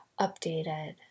updated